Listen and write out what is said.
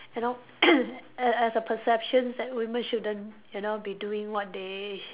you know a~ as a perceptions that women shouldn't you know be doing what they